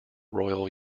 royal